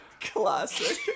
Classic